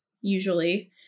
usually